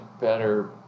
better